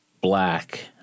black